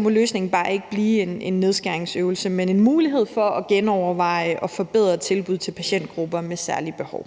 må løsningen bare ikke blive en nedskæringsøvelse, men en mulighed for at genoverveje og forbedre tilbuddet til patientgrupper med særlige behov.